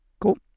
Cool